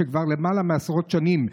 שכבר למעלה מעשרות שנים,